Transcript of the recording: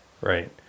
right